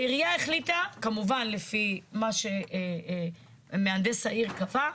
העירייה החליטה, כמובן לפי מה שמהנדס העיר קבע,